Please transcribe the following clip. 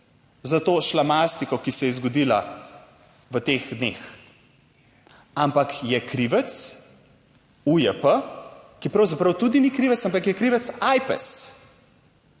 za to šlamastiko, ki se je zgodila v teh dneh, ampak je krivec UJP, ki pravzaprav tudi ni krivec, ampak je krivec Ajpes.